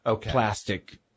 plastic